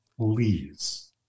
please